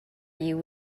you